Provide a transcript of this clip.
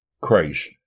Christ